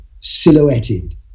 silhouetted